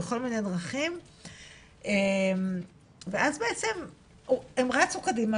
בכל מיני דרכים ואז בעצם הם רצו קדימה